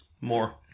more